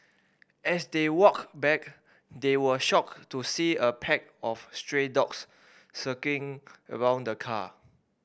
as they walked back they were shocked to see a pack of stray dogs circling around the car